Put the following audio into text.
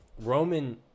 Roman